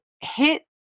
hit